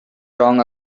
wrong